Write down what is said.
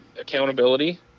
accountability